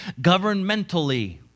governmentally